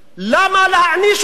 למה להעניש אותם?